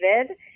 David